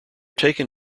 taken